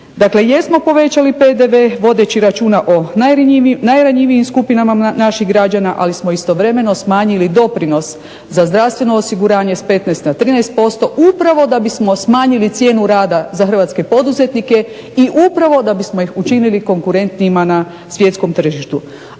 Dakle, jesmo povećali PDV vodeći računa o najranjivijim skupinama naših građana ali smo istovremeno smanjili doprinos za zdravstveno osiguranje s 15 na 13% upravo da bismo smanjili cijenu rada za hrvatske poduzetnike i upravo da bismo ih učinili konkurentnijima na svjetskom tržištu.